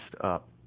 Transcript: up